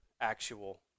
actual